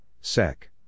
SEC